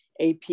AP